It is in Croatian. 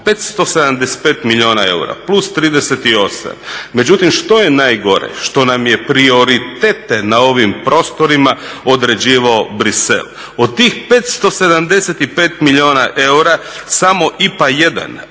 575 milijuna eura plus 38. Međutim, što je najgore? Što nam je prioritete na ovim prostorima određivao Bruxelles. Od tih 575 milijuna eura samo IPA 1 a